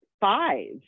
five